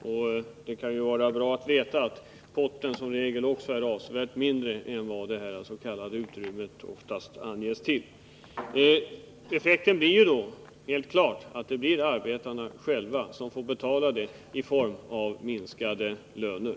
Och det kan ju vara bra att veta att potten som regel också är avsevärt mindre än det s.k. utrymmet anges vara. Det är helt klart att effekten blir att arbetarna själva får betala detta genom sänkta löner.